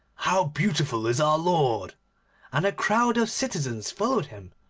how beautiful is our lord and a crowd of citizens followed him,